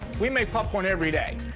we make popcorn everyday.